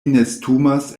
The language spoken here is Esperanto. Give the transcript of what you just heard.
nestumas